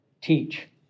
Teach